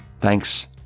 Thanks